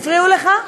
הפריעו לך?